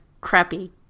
crappy